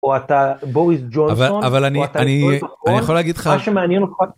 או אתה בוריס ג'ונסון, או אתה בוריס אוקורס, מה שמעניין אותך. אני יכול להגיד לך...